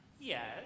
Yes